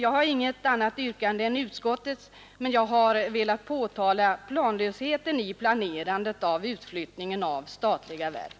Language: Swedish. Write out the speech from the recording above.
Jag har inget annat yrkande än utskottets, men jag har velat påtala planlösheten i planerandet av utflyttningen av statliga verk.